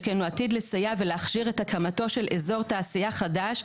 שכן הוא עתיד לסייע ולהכשיר את הקמתו של אזור תעשייה חדש,